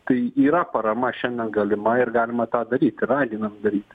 tai yra parama šiandien galima ir galima tą daryt ir raginam daryt